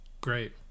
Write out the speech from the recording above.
great